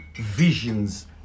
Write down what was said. visions